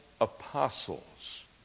apostles